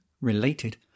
related